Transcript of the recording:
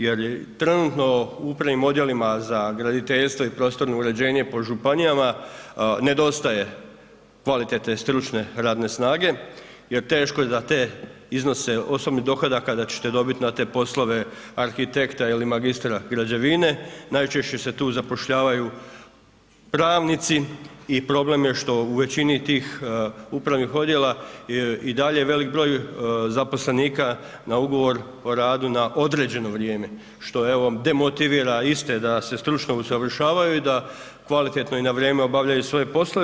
Jer trenutno u upravnim odjelima za graditeljstvo i prostorno uređenje po županijama nedostaje kvalitetne stručne radne snage jer teško je za te iznose osobnih dohodaka da ćete dobiti na te poslove arhitekta ili magistra građevine, najčešće se tu zapošljavaju pravnici i problem je što u većini tih upravnih odjela i dalje je velik broj zaposlenika na ugovor o radu na određeno vrijeme, što evo demotivira iste da se stručno usavršavaju i da kvalitetno i na vrijeme obavljaju svoje poslove.